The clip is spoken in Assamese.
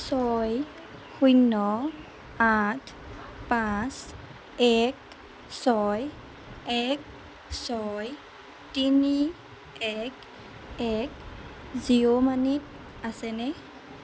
ছয় শূণ্য আঠ পাঁচ এক ছয় এক ছয় তিনি এক এক জিঅ' মানিত আছেনে